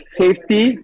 safety